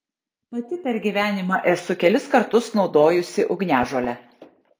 pati per gyvenimą esu kelis kartus naudojusi ugniažolę